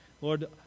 Lord